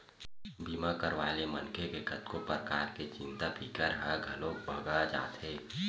बीमा करवाए ले मनखे के कतको परकार के चिंता फिकर ह घलोक भगा जाथे